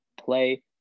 play